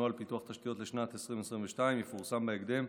נוהל פיתוח תשתיות לשנת 2022 יפורסם בהקדם,